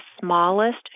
smallest